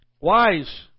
wise